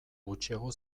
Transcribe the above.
gutxiago